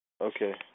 Okay